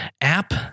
app